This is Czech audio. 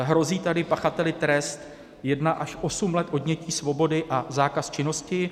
Hrozí tady pachateli trest 1 až 8 let odnětí svobody a zákaz činnosti.